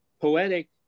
poetic